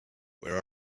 where